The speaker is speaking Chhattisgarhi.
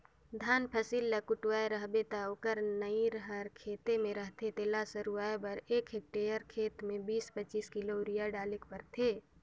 धान फसिल ल कटुवाए रहबे ता ओकर नरई हर खेते में रहथे तेला सरूवाए बर एक हेक्टेयर खेत में बीस पचीस किलो यूरिया डालेक परथे